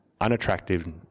unattractive